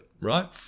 right